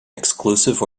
exclusive